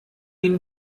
ihnen